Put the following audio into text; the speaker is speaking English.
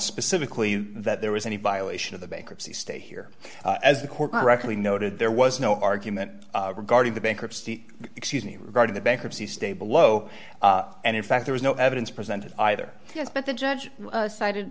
specifically that there was any violation of the bankruptcy stay here as the core correctly noted there was no argument regarding the bankruptcy excuse me regarding the bankruptcy stay below and in fact there was no evidence presented either yes but the judge sided